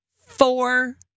four